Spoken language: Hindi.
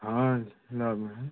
हाँ है